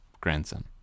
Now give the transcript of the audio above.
grandson